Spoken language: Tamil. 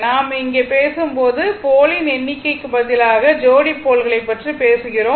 நாம் இங்கே பேசும்போது போலின் எண்ணிக்கைக்கு பதிலாக ஜோடி போல்களை பற்றி பேசுகிறோம்